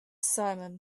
simum